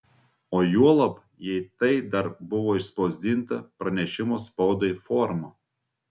o juolab jei tai dar buvo išspausdinta pranešimo spaudai forma